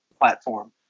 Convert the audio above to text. platform